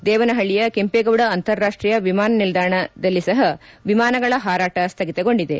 ದೇವನಹಳ್ಳಯ ಕೆಂಪೇಗೌಡ ಅಂತರಾಷ್ಟೀಯ ವಿಮಾನ ನಿಲ್ದಾಣದಲ್ಲಿ ಸಪ ವಿಮಾನಗಳ ಹಾರಾಟ ಸ್ವಗಿತಗೊಂಡಿದೆ